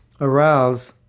arouse